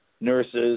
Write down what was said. nurses